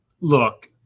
Look